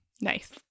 Nice